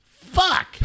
Fuck